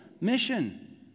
mission